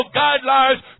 guidelines